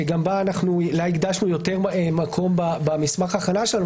שגם לה הקדשנו יותר מקום במסמך ההכנה שלנו.